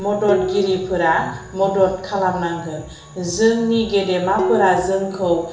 मददगिरिफोरा मदद खालामनांगोन जोंनि गेदेमाफोरा जोंखौ